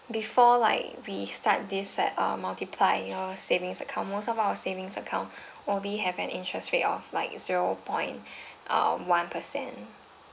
before like we start this set uh multiply your savings account most of our savings account only have an interest rate of like zero point uh one percent